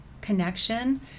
connection